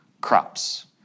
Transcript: crops